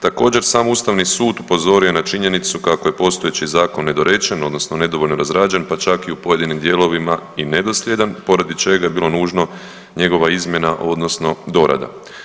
Također sam Ustavni sud upozorio je na činjenicu kako je postojeći zakon nedorečen odnosno nedovoljno razrađen pa čak i u pojedinim dijelovima i nedosljedan poradi čega je bilo nužno njegova izmjena odnosno dorada.